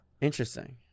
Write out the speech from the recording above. Interesting